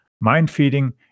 mind-feeding